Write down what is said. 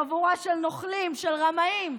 חבורה של נוכלים, של רמאים.